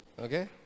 Okay